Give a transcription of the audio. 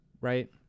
right